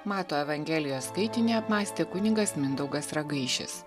mato evangelijos skaitinį apmąstė kunigas mindaugas ragaišis